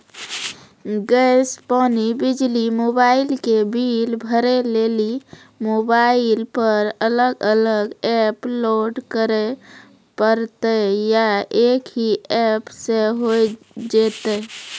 Gas, पानी, बिजली, mobile के बिल भरे लेली मोबाइल पर अलग अलग एप्प लोड करे परतै या एक ही एप्प से होय जेतै?